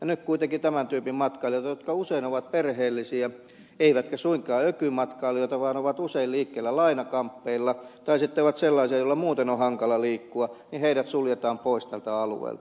nyt kuitenkin tämän tyypin matkaajat jotka usein ovat perheellisiä eivätkä suinkaan ökymatkailijoita vaan ovat usein liikkeellä lainakamppeilla tai sitten ovat sellaisia joiden muuten on hankala liikkua suljetaan pois tältä alueelta